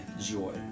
joy